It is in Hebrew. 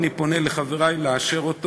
אני פונה לחברי לאשר אותו.